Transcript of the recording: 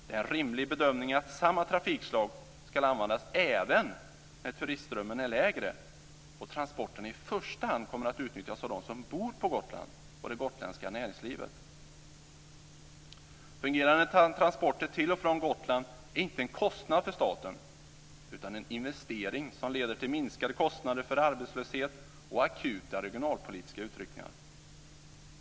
Det är ett rimligt betraktelsesätt att samma trafikslag ska användas även när turistströmmen är mindre och transporterna i första hand kommer att utnyttjas av dem som bor på Gotland och av det gotländska näringslivet. Fungerande transporter till och från Gotland är inte en kostnad för staten utan en investering som leder till minskade kostnader för arbetslöshet och akuta regionalpolitiska utryckningar.